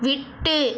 விட்டு